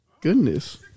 Goodness